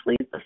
please